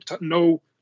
no